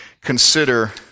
consider